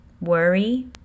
Worry